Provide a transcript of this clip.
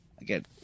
Again